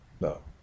No